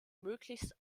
möglichst